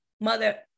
Mother